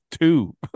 two